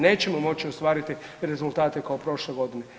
Nećemo moći ostvariti rezultate kao prošle godine.